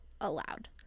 allowed